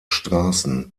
straßen